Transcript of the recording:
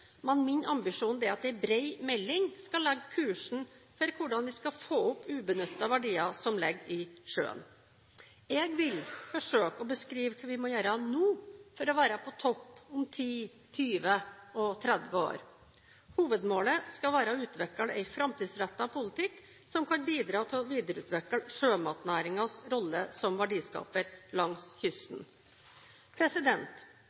men min ambisjon er at en bred melding skal legge kursen for hvordan vi skal få opp ubenyttede verdier som ligger i sjøen. Jeg vil forsøke å beskrive hva vi må gjøre nå, for å være på topp om 10, 20 og 30 år. Hovedmålet skal være å utvikle en framtidsrettet politikk som kan bidra til å videreutvikle sjømatnæringens rolle som verdiskaper langs